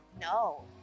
No